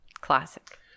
Classic